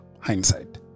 hindsight